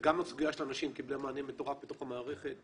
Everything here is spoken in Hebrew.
גם הסוגיה של הנשים קיבלה מענה מטורף בתוך המערכת.